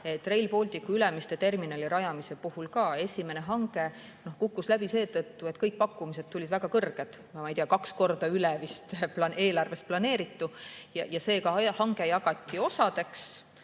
Rail Balticu Ülemiste terminali rajamise puhul ka esimene hange kukkus läbi seetõttu, et kõik pakkumised tulid väga kõrged – vist kaks korda üle selle, mis oli eelarves planeeritud. Seega hange jagati osadeks